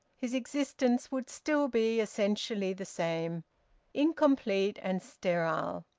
his existence would still be essentially the same incomplete and sterile.